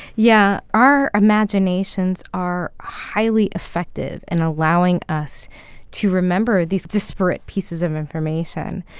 yeah. our imaginations are highly effective in allowing us to remember these disparate pieces of information.